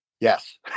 Yes